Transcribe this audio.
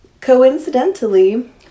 coincidentally